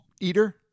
Eater